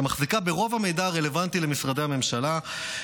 שמחזיקה ברוב המידע הרלוונטי למשרדי הממשלה,